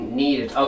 needed